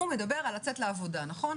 הוא מדבר על לצאת לעבודה, נכון?